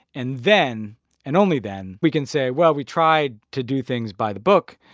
and then and only then we can say, well, we tried to do things by the book.